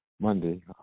Monday